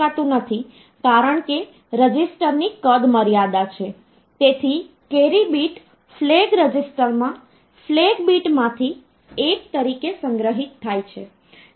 6 262 36 4 72184 10 તેથી આ રીતે કોઈપણ નંબર સિસ્ટમમાં આપેલ સંખ્યાઓનું આપણે ડેસિમલ નંબર સિસ્ટમમાં અનુરૂપ મૂલ્ય શોધી શકીએ છીએ અને અલબત્ત આપણે કોઈપણ નંબર સિસ્ટમમાં કોઈપણ સંખ્યાને રજૂ કરી શકીએ છીએ